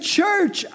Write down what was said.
church